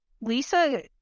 Lisa